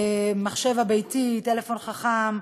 מחשב ביתי, טלפון חכם,